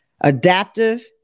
Adaptive